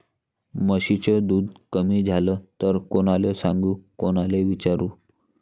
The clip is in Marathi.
म्हशीचं दूध कमी झालं त कोनाले सांगू कोनाले विचारू?